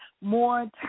more